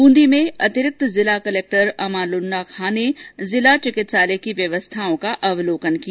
ब्रंदी में अतिरिक्त जिला कलेक्टर अमानुल्लाह खन ने जिला चिकित्सालय की व्यवस्थाओं का अवलोकन किया